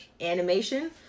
animation